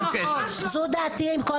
זו דעתי עם כל